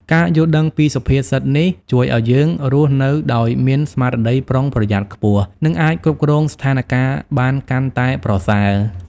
ការយល់ដឹងពីសុភាសិតនេះ ជួយឱ្យយើងរស់នៅដោយមានស្មារតីប្រុងប្រយ័ត្នខ្ពស់ និងអាចគ្រប់គ្រងស្ថានការណ៍បានកាន់តែប្រសើរ។